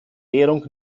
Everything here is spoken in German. währung